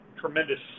tremendous